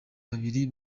babiri